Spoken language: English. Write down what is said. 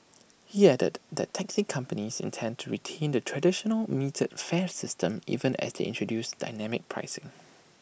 he added that taxi companies intend to retain the traditional metered fare system even as they introduce dynamic pricing